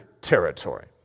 territory